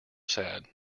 sad